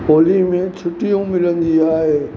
होली में छुटियूं मिलंदी आहे